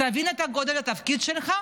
תבין את גודל התפקיד שלך,